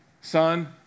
Son